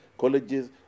colleges